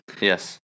Yes